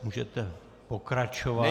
Můžete pokračovat.